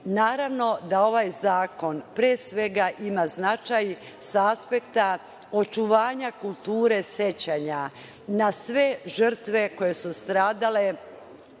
Rivlin. Naravno da ovaj zakon, pre svega, ima značaj sa aspekta očuvanja kulture sećanja na sve žrtve koje su stradale